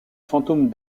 fantôme